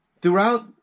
throughout